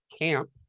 camp